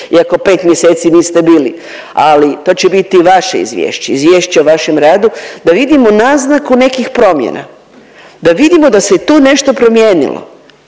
iako 5 mjeseci niste bili, ali to će biti vaše izvješće, izvješće o vašem radu, da vidimo naznaku nekih promjena, da vidimo da se je tu nešto promijenilo,